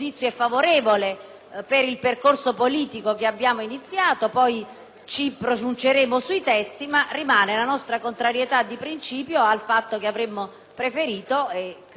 per il percorso politico che abbiamo iniziato; poi ci pronunceremo sui testi. Tuttavia rimane la nostra contrarietà di principio in quanto avremmo preferito e creduto necessario